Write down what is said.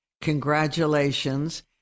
Congratulations